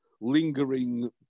lingering